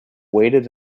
waited